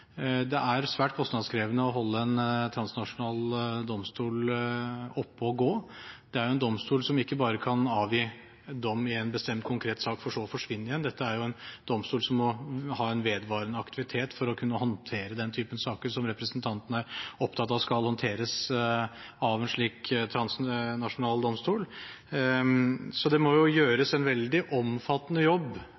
Det er svært kostnadskrevende å holde en transnasjonal domstol oppe å gå. Det er en domstol som ikke bare kan avgi dom i en bestemt, konkret sak for så å forsvinne igjen. Dette er jo en domstol som må ha en vedvarende aktivitet for å kunne håndtere den typen saker som representanten er opptatt av at skal håndteres av en slik transnasjonal domstol. Så det må gjøres en veldig omfattende jobb